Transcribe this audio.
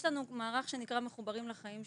יש לנו מערך שנקרא ׳מחוברים לחיים׳,